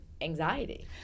anxiety